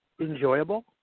enjoyable